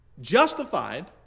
justified